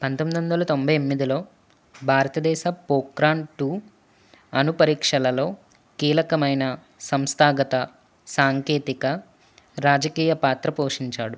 పంతొమ్మిది వందల తొంభై ఎనిమిదిలో భారత దేశ పోఖ్రాన్ టూ అనుపరీక్షలలో కీలకమైన సంస్థాగత సాంకేతిక రాజకీయ పాత్ర పోషించాడు